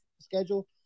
schedule